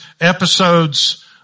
episodes